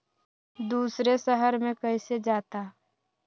दूसरे शहर मे कैसे जाता?